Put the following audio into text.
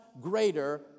greater